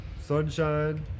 Sunshine